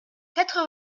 quatre